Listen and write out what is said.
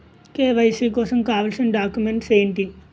KYC కోసం కావాల్సిన documents ఎంటి?